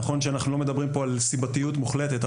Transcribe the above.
נכון שאנחנו לא מדברים פה על סיבתיות מוחלטת.